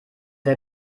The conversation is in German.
wer